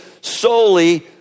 solely